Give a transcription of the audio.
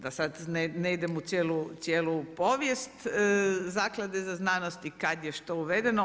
Da sad ne idem u cijelu povijest Zaklade za znanost i kad je što uvedeno.